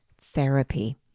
therapy